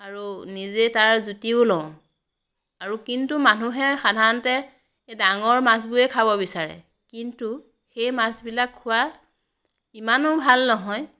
আৰু নিজে তাৰ জুতিও লওঁ আৰু কিন্তু মানুহে সাধাৰণতে এই ডাঙৰ মাছবোৰে খাব বিচাৰে কিন্তু সেই মাছবিলাক খোৱা ইমানো ভাল নহয়